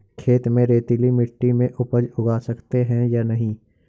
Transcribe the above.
खेत में रेतीली मिटी में उपज उगा सकते हैं या नहीं?